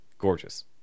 gorgeous